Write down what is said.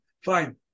Fine